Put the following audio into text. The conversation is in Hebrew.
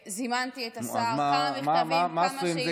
זימנתי את השר, כמה מכתבים, כמה שאילתות.